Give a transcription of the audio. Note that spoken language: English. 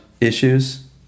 issues